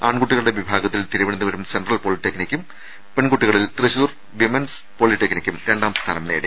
ആൺകുട്ടികളുടെ വിഭാഗത്തിൽ തിരുവനന്തപുരം സെൻട്രൽ പോളിടെക്നിക്കും പെൺകുട്ടികളിൽ തൃശൂർ വിമൻസ് പോളി ടെക്നിക്കും രണ്ടാം സ്ഥാനം നേടി